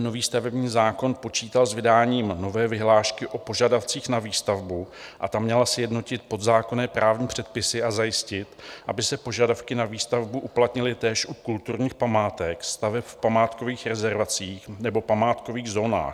Nový stavební zákon počítal s vydáním nové vyhlášky o požadavcích na výstavbu a ta měla sjednotit podzákonné právní předpisy a zajistit, aby se požadavky na výstavbu uplatnily též u kulturních památek, staveb v památkových rezervacích nebo památkových zónách.